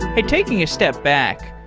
and taking a step back,